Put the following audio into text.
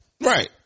Right